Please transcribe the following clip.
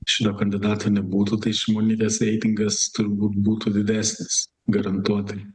šito kandidato nebūtų tai šimonytės reitingas turbūt būtų didesnis garantuotai